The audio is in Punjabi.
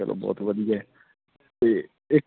ਚਲੋ ਬਹੁਤ ਵਧੀਆ ਅਤੇ ਏ